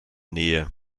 nähe